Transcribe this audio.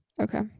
Okay